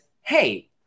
hey